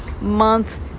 month